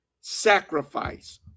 sacrifice